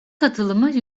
katılımı